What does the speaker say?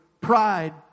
pride